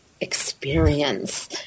experience